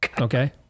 Okay